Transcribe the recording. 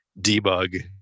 debug